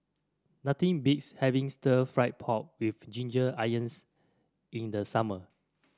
nothing beats having Stir Fried Pork with Ginger Onions in the summer